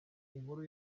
inkuru